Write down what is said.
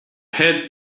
head